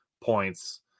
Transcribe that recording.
points